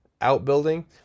outbuilding